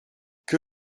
que